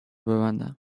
ببندم